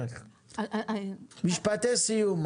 משפטי סיום.